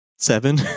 Seven